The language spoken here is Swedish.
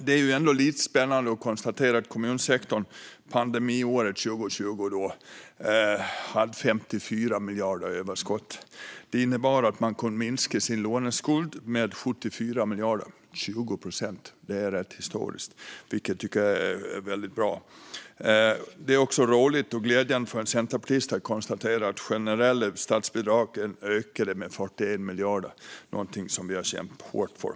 Det är ändå lite spännande att konstatera att kommunsektorn pandemiåret 2020 hade 54 miljarder i överskott. Det innebar att man kunde minska sin låneskuld med 74 miljarder, vilket är 20 procent. Det är rätt historiskt, och jag tycker att det är väldigt bra. Det är också roligt och glädjande för en centerpartist att konstatera att de generella statsbidragen ökade med 41 miljarder, något som vi har kämpat hårt för.